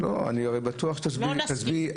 לא נסכים.